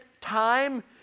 time